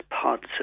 parts